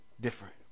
different